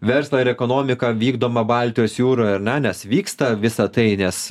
verslą ir ekonomiką vykdomą baltijos jūroje ar ne nes vyksta visa tai nes